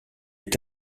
est